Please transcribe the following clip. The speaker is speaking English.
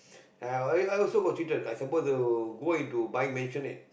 I a~ I also got cheated I supposed to go into buying maisonette